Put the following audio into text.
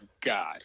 God